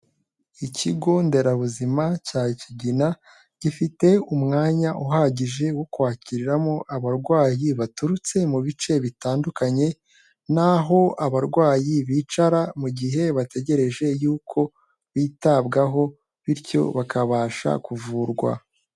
Ikigo nderabuzima cya Kigina, gifite umwanya uhagije wo kwakiriramo abarwayi baturutse mu bice bitandukanye, n'aho abarwayi bicara mu gihe bategereje y'uko bitabwaho bityo bakabasha kuvurwa.